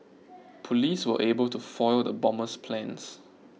police were able to foil the bomber's plans